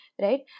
right